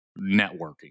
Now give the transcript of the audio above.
networking